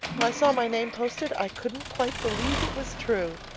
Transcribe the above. when i saw my name posted, i couldn't quite believe it was true.